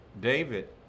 David